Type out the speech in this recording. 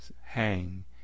hang